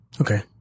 Okay